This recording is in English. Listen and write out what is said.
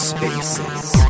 Spaces